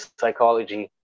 psychology